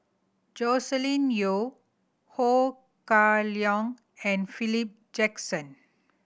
Joscelin Yeo Ho Kah Leong and Philip Jackson